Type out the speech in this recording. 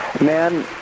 Man